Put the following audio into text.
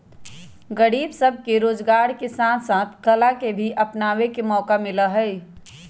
गरीब सब के रोजगार के साथ साथ कला के भी अपनावे के मौका मिला हई